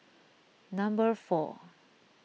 number four